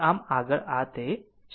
આમ આગળ આ તે છે